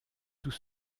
tout